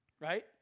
Right